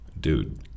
Dude